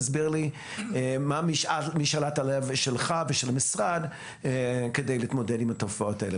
תסביר לי מה משאלת הלב שלך ושל המשרד כדי להתמודד עם התופעות האלה.